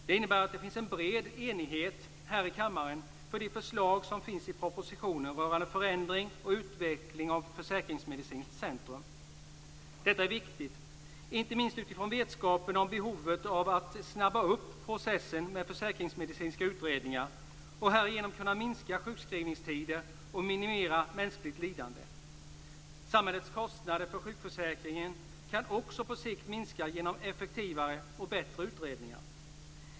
Det innebär att det finns en bred enighet i kammaren för de förslag som finns i propositionen rörande förändring och utveckling av Försäkringsmedicinskt centrum. Detta är viktigt, inte minst utifrån vetskapen om behovet av att snabba upp processen med försäkringsmedicinska utredningar och härigenom kunna minska sjukskrivningstider och minimera mänskligt lidande. Samhällets kostnader för sjukförsäkringen kan också på sikt minska genom effektivare och bättre utredningar.